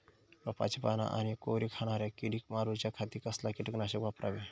रोपाची पाना आनी कोवरी खाणाऱ्या किडीक मारूच्या खाती कसला किटकनाशक वापरावे?